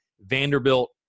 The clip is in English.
Vanderbilt